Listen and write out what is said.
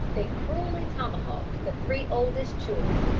they cruelly tomahawked the three oldest children,